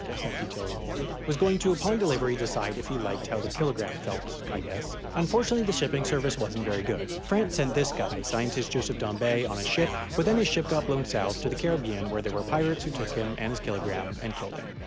that detail is important, was going to upon delivery decide if he liked how the kilogram felt, i guess? unfortunately the shipping service wasn't very good. france sent this guy, scientist joseph dombey, on a ship but then the ship got blown south, to the caribbean, where there were pirates who took him and his kilogram, and killed him.